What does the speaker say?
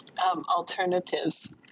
alternatives